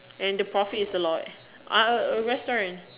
and the profit is a lot uh uh uh restaurant